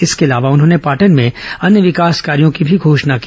इसके अलावा उन्होंने पाटन में अन्य विकास कार्यों की भी घोषणा की